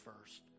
first